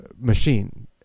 machine